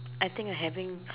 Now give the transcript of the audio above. I think I having